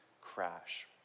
crash